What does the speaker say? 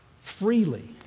freely